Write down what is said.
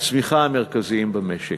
הצמיחה המרכזיים במשק.